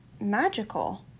magical